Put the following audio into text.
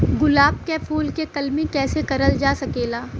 गुलाब क फूल के कलमी कैसे करल जा सकेला?